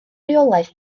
reolaeth